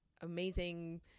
amazing